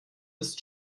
ist